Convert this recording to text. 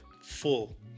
full